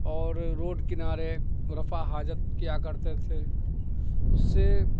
اور روڈ کنارے رفع حاجت کیا کرتے تھے اس سے